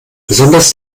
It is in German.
besonders